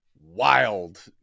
wild